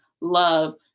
love